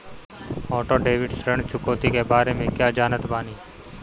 Auto debit ऋण चुकौती के बारे में कया जानत बानी?